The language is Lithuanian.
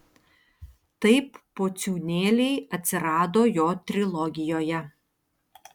taip pociūnėliai atsirado jo trilogijoje